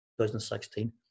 2016